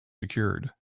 secured